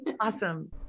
Awesome